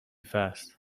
fast